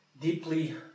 deeply